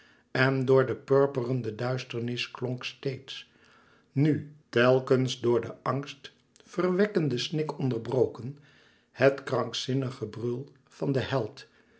en door de purperende duisternis klonk steeds nu telkens door den angst verwekkenden snik onderbroken het krankzinnig gebrul van den held